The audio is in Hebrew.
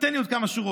תן לי עוד כמה שורות.